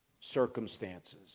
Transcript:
circumstances